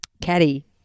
caddy